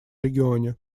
регионе